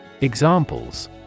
Examples